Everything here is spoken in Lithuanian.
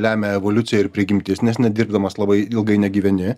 lemia evoliucija ir prigimtis nes nedirbdamas labai ilgai negyveni